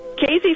Casey